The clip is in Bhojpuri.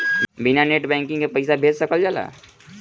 बिना नेट बैंकिंग के पईसा भेज सकल जाला?